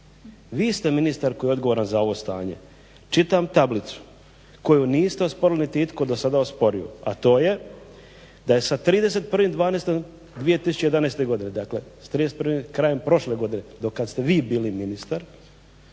Vi ste ministar koji je odgovoran za ovo stanje. Čitam tablicu koju niste osporili niti itko je do sada osporio, a to je da je sa 31.12.2011. godine, dakle krajem prošle godine do kad ste vi bili ministar